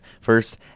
first